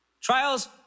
Trials